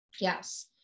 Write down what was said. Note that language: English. Yes